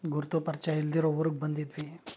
ಗುರುತು ಪರಿಚಯ ಇಲ್ದಿರೋ ಊರಿಗ್ ಬಂದಿದ್ವಿ